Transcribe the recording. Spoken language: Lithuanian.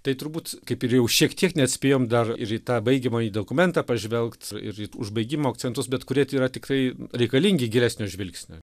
tai turbūt kaip ir jau šiek tiek net spėjom dar į tą baigiamąjį dokumentą pažvelgt ir į užbaigimo akcentus bet kurie yra tikrai reikalingi gilesnio žvilgsnio